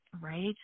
Right